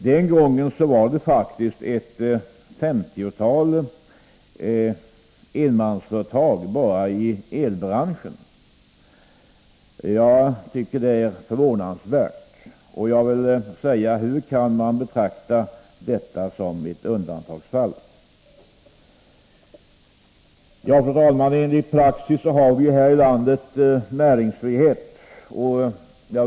Den gången var det faktiskt ett 50-tal enmansföretag bara i elbranschen. Hur kan man betrakta detta som ett undantagsfall? Fru talman! Enligt praxis har vi här i landet näringsfrihet.